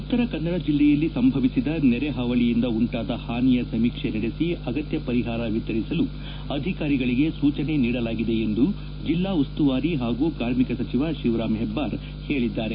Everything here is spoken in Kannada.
ಉತ್ತರ ಕನ್ನಡ ಜಿಲ್ಲೆಯಲ್ಲಿ ಸಂಭವಿಸಿದ ನೆರೆ ಹಾವಳಿಯಿಂದ ಉಂಟಾದ ಹಾನಿಯ ಸಮೀಕ್ಷೆ ನಡೆಸಿ ಅಗತ್ಯ ಪರಿಹಾರ ವಿತರಿಸಲು ಅಧಿಕಾರಿಗಳಿಗೆ ಸೂಚನೆ ನೀಡಲಾಗಿದೆ ಎಂದು ಜಿಲ್ಲಾ ಉಸ್ತುವಾರಿ ಹಾಗೂ ಕಾರ್ಮಿಕ ಸಚಿವ ಶಿವರಾಮ ಹೆಬ್ಬಾರ್ ಹೇಳಿದರು